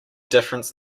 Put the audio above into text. difference